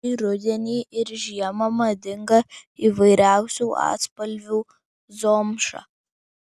šį rudenį ir žiemą madinga įvairiausių atspalvių zomša